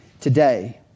today